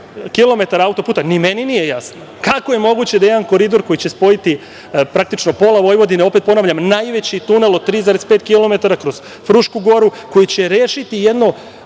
kilometara autoputa, ni meni nije jasna. Kako je moguće da jedan koridor, koji će spojiti praktično pola Vojvodine, opet ponavljam, najveći tunel od 3,5 kilometara kroz Frušku Goru, koji će rešiti jedno